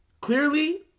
clearly